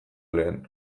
lehen